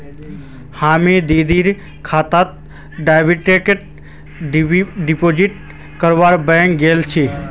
हामी दीदीर खातात डायरेक्ट डिपॉजिट करवा बैंक गेल छिनु